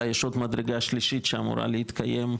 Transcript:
יש עוד מדרגה שלישית שאמורה להתקיים,